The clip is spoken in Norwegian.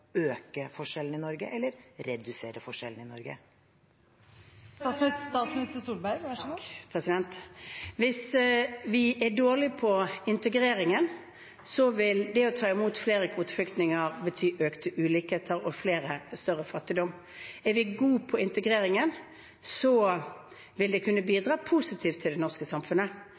øke forskjellene i Norge eller til å redusere forskjellene i Norge? Hvis vi er dårlige på integreringen, vil det å ta imot flere kvoteflyktninger bety økt ulikhet og større fattigdom. Er vi gode på integreringen, vil det kunne bidra positivt til det norske samfunnet.